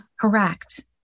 Correct